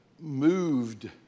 Moved